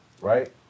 right